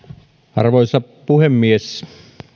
arvoisa puhemies